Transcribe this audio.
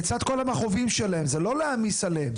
לצד כל המכאובים שלהם; לא להעמיס עליהם.